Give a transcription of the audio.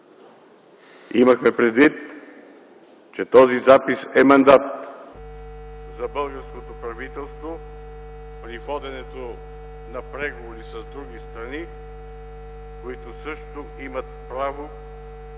Имахме предвид, че този запис е мандат аз българското правителство при воденето на преговори с други страни, които също имат право